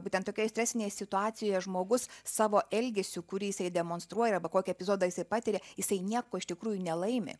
būtent tokioj stresinėj situacijoje žmogus savo elgesiu kurį jisai demonstruoja arbą kokį epizodą jisai patiria jisai nieko iš tikrųjų nelaimi